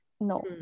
no